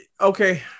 Okay